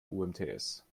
umts